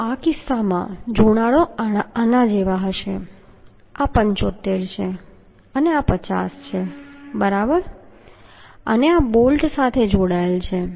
તો આ કિસ્સામાં જોડાણો આના જેવા હશે કે આ 75 છે અને આ 50 છે બરાબર અને આ બોલ્ટ સાથે જોડાયેલ છે